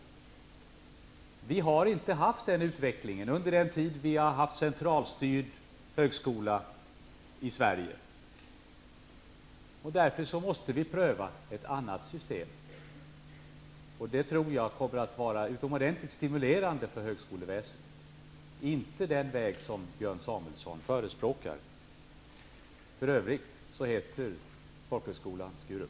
Vi har inte haft den utvecklingen under den tid som vi har haft en centralstyrd högskola i Sverige. Därför måste vi pröva ett annat system. Det tror jag kommer att vara utomordentligt stimulerande för högskolväsendet, men inte den väg som Björn Samuelson förespråkar. För övrigt heter folkhögskolan Skurup.